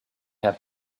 have